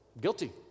guilty